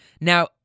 now